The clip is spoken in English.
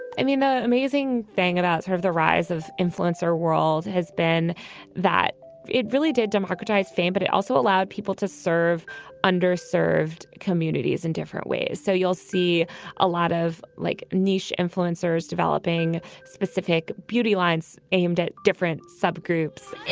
i mean, the amazing thing about sort of the rise of influence our world has been that it really did democratize fame, but it also allowed people to serve underserved communities in different ways. so you'll see a lot of like niche influencers influencers developing specific beauty lines aimed at different subgroups.